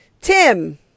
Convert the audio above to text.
Tim